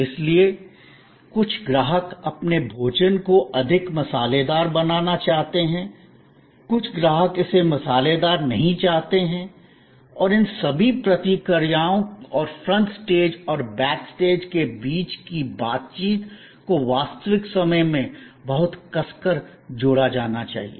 इसलिए कुछ ग्राहक अपने भोजन को अधिक मसालेदार बनाना चाहते हैं कुछ ग्राहक इसे मसालेदार नहीं चाहते हैं और इन सभी प्रतिक्रियाओं और फ्रंट स्टेज और बैक स्टेज के बीच की बातचीत को वास्तविक समय में बहुत कसकर जोड़ा जाना चाहिए